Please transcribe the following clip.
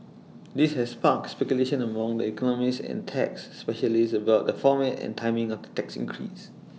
this has sparked speculation among the economists and tax specialists about the format and timing of tax increase